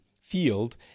field